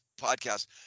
podcast